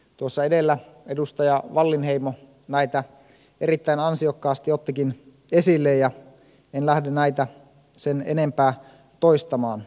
tuossa edellä edustaja wallinheimo näitä erittäin ansiokkaasti ottikin esille ja en lähde näitä sen enempää toistamaan